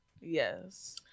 Yes